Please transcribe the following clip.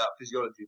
physiology